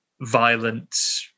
violent